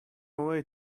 away